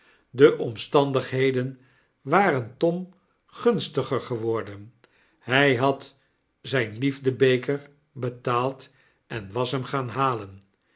de omstandigheden waren tom gunstiger geworden hij had zijn liefde-beker betaald en was hem gaan halen